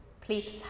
Please